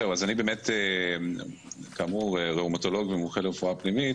אני ראומטולוג ומומחה לרפואה פנימית.